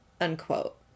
unquote